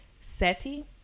seti